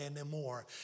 anymore